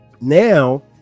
now